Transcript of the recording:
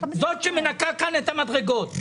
זאת שמנקה כאן את המדרגות.